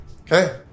Okay